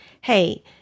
hey